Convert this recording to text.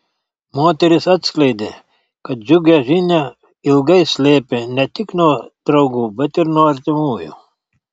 moteris atskleidė kad džiugią žinią ilgai slėpė ne tik nuo draugų bet ir nuo artimųjų